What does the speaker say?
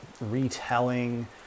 retelling